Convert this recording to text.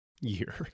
year